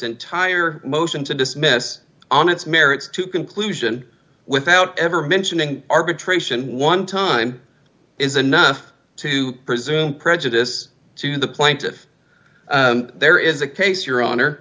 entire motion to dismiss on its merits to conclusion without ever mentioning arbitration one time is enough to presume prejudice to the plaintiff there is a case your hon